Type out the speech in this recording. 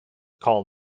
call